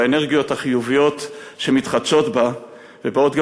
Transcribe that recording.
באנרגיות החיוביות שמתחדשות בה ובאות גם